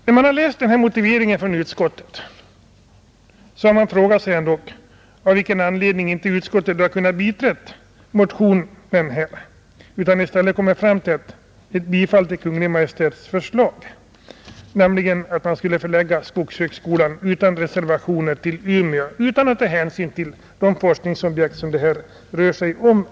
När man läst denna motivering från utskottet frågar man sig av vilken anledning utskottet inte kunnat biträda motionen utan i stället kommit fram till ett bifall till Kungl. Maj:ts förslag, nämligen att man utan reservationer skulle förlägga skogshögskolan till Umeå utan att ta hänsyn till de forskningsobjekt som det ändå rör sig om.